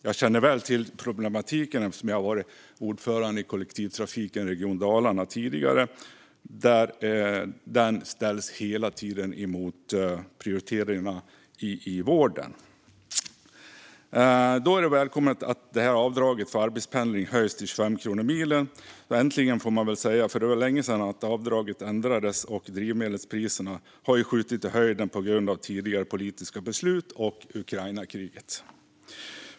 Jag känner väl till den här problematiken eftersom jag tidigare har varit ordförande för kollektivtrafiken i Region Dalarna. Den ställs hela tiden mot prioriteringar i vården. Det är därför välkommet att avdraget för arbetspendling höjs till 25 kronor milen - äntligen, får man väl säga, för det var länge sedan avdraget ändrades. Drivmedelspriserna har dessutom skjutit i höjden på grund av tidigare politiska beslut och Ukrainakriget.